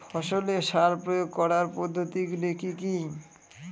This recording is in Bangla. ফসলে সার প্রয়োগ করার পদ্ধতি গুলি কি কী?